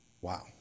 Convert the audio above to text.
Wow